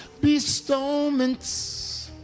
bestowments